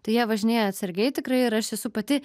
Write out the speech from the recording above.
tai jie važinėja atsargiai tikrai ir aš esu pati